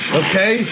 okay